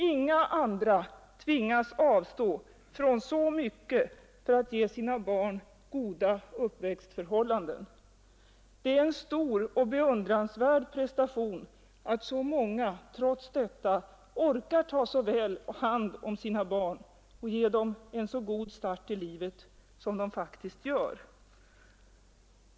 Inga andra tvingas avstå från så mycket för att ge sina barn goda uppväxtförhållanden. Det är en stor och beundransvärd prestation att så många trots detta orkar ta så väl hand om sina barn och ge dem en så god start i livet som de faktiskt gör.